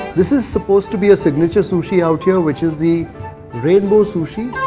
this is supposed to be a signature sushi out here, which is the rainbow sushi.